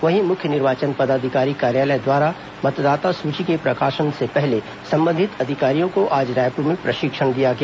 वहीं मुख्य निर्वाचन पदाधिकारी कार्यालय द्वारा मतदाता सूची के प्रकाशन से पहले संबंधित अधिकारियों को आज रायपुर में प्रशिक्षण दिया गया